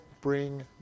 bring